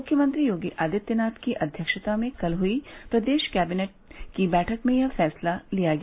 मुख्यमंत्री योगी आदित्यनाथ की अध्यक्षता में कल हई प्रदेश कैबिनेट की बैठक में यह फैसला लिया गया